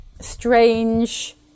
strange